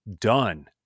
done